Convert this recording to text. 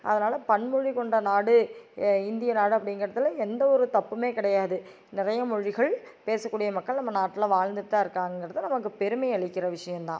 அதனால பன்மொழி கொண்ட நாடு இந்திய நாடு அப்படிங்கிறதுல எந்த ஒரு தப்பும் கிடையாது நிறைய மொழிகள் பேசக்கூடிய மக்கள் நம்ம நாட்டில் வாழ்ந்துட்டுதான் இருக்காங்கங்கிறது நமக்கு பெருமை அளிக்கிற விஷயந்தான்